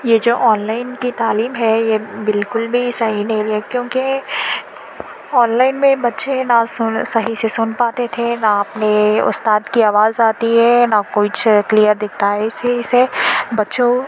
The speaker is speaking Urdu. یہ جو آنلائن کی تعلیم ہے یہ بالکل بھی صحیح نہیں ہے کیونکہ آنلائن میں بچے نہ سن صحیح سے سن پاتے تھے نہ اپنے استاد کی آواز آتی ہے نہ کچھ کلیئر دکھتا ہے اسی سے بچوں